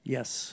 Yes